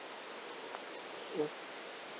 uh